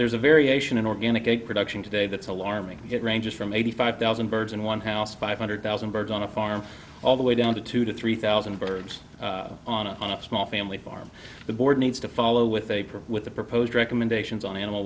there's a variation in organic a production today that's alarming it ranges from eighty five thousand birds in one house five hundred thousand birds on a farm all the way down to two to three thousand birds on a small family farm the board needs to follow with a with the proposed recommendations on animal